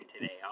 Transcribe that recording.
today